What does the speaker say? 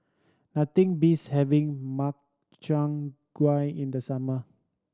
nothing beats having Makchang in the summer